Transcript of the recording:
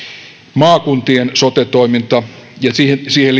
maakuntien sote toiminnan ja siihen siihen